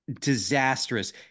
disastrous